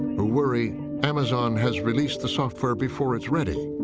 who worry amazon has released the software before it's ready,